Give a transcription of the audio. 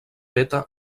feta